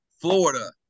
Florida